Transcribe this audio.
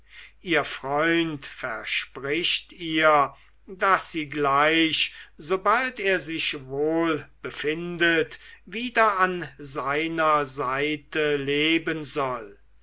ihr freund verspricht ihr daß sie gleich sobald er sich wohl befindet wieder an seiner seite leben soll